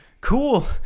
cool